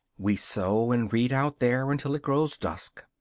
we sew and read out there until it grows dusk.